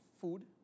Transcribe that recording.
food